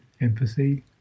empathy